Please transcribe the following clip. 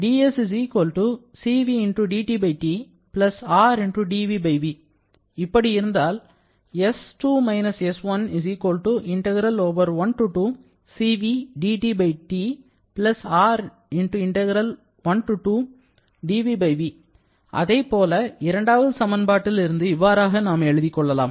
இப்படி இருந்தால் அதைப்போல இரண்டாவது சமன்பாட்டில் இருந்து இவ்வாறாக நாம் எழுதிக் கொள்ளலாம்